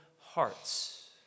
hearts